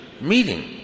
meeting